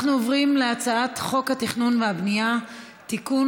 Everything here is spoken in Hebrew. אנחנו עוברים להצעת חוק התכנון והבנייה (תיקון,